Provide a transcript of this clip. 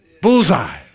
bullseye